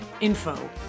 info